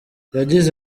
yagize